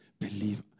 Believe